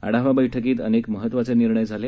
आढावा बैठकीत अनेक महत्वाचे निर्णय झाले